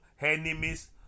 enemies